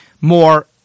more